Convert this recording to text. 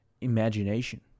imagination